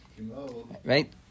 Right